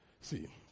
See